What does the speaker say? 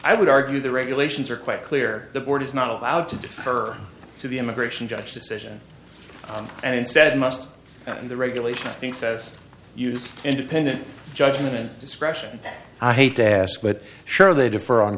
i would argue the regulations are quite clear the board is not allowed to defer to the immigration judge decision and instead must in the regulation i think says use independent judgment discretion i hate to ask but sure they differ on